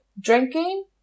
drinking